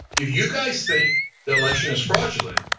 if you guys think the election is fraudulent,